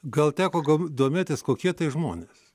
gal teko go domėtis kokie tai žmonės